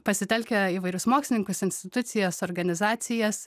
pasitelkę įvairius mokslininkus institucijas organizacijas